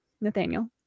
nathaniel